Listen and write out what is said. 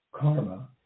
karma